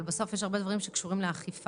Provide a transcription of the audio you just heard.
אבל בסוף יש הרבה דברים שקשורים לאכיפה.